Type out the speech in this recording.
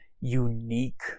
unique